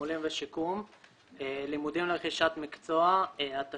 (תגמולים ושיקום)(לימודים לרכישת מקצוע)(הוראת שעה),